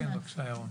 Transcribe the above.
בבקשה, ירון.